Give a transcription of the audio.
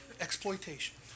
exploitation